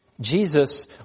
Jesus